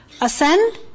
ascend